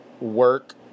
work